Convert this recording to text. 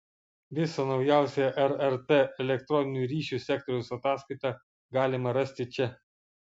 visą naujausią rrt elektroninių ryšių sektoriaus ataskaitą galima rasti čia